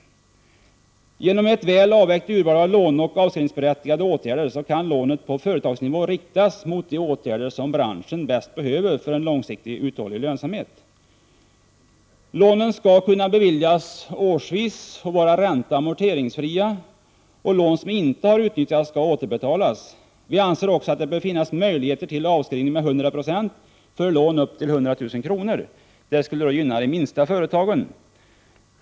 Genom ett väl avvägt urval av låneoch avskrivningsberättigade åtgärder kan lånet på företagsnivå riktas mot de åtgärder som branschen bäst behöver för en långsiktig, uthållig lönsamhet. Lånen skall kunna beviljas årsvis och vara ränteoch amorteringsfria. Lån som inte har utnyttjats skall återbetalas. Vi anser också att det bör finnas möjligheter till avskrivning med 100 96 för lån upp till 100 000 kr. Detta skulle gynna de minsta företagen.